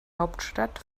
hauptstadt